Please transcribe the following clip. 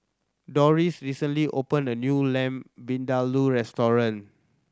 Dorris recently opened a new Lamb Vindaloo restaurant